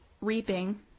reaping